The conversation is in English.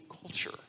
culture